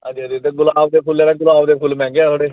ते अग्गें गुलाब दे फुल्ल मैहंगे न थोह्ड़े